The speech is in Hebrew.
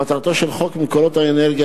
מטרתו של חוק מקורות אנרגיה,